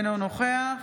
אינו נוכח